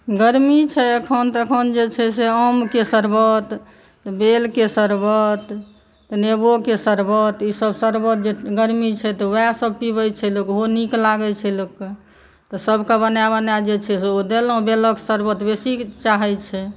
गर्मी छै एखन तऽ एखन जे छै से आमके शर्बत तऽ बेलके शर्बत तऽ नेबोके शर्बत ई सभ शर्बत जे गर्मी छै तऽ वएह सभ पीबै छै लोक ओएह नीक लागै छै लोककेँ तऽ सभकेॅं बना बना जे छै से ओ देलहुँ बेलक शर्बत बेसी चाहै छै